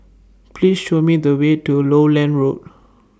Please Show Me The Way to Lowland Road